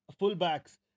fullbacks